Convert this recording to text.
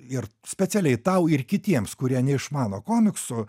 ir specialiai tau ir kitiems kurie neišmano komiksų